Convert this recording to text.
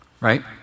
Right